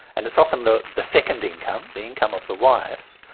and it's often the the second income, the income of the wife,